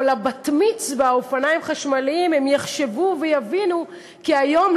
לבת-מצווה אופניים חשמליים הם יחשבו ויבינו כי היום,